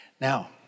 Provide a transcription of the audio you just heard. Now